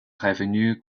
revenus